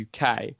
UK